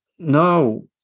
No